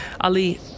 Ali